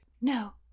No